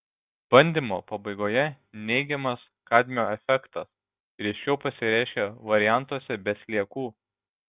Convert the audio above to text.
bandymo pabaigoje neigiamas kadmio efektas ryškiau pasireiškė variantuose be sliekų